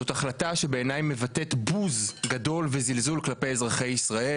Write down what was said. זאת החלטה שבעיניי מבטאת בוז גדול וזלזול כלפי אזרחי ישראל,